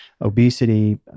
obesity